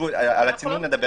על הצינון נדבר